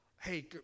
hey